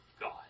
God